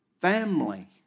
family